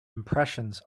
impressions